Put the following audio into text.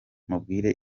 mubwire